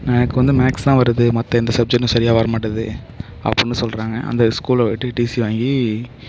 எனக்கு வந்து மேக்ஸ் தான் வருது மற்ற எந்த சப்ஜெக்ட்டும் சரியாக வர மாட்டேது அப்புட்னு சொல்றாங்க அந்த ஸ்கூலில் டி டிசி வாங்கி